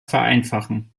vereinfachen